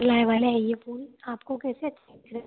नए वाले हैं ये फूल आपको कैसे अच्छे नहीं दिख रहे